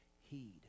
heed